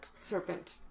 Serpent